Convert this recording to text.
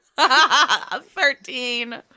Thirteen